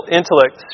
intellect